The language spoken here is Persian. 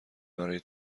برای